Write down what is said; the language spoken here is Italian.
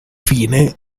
fine